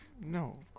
No